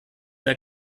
der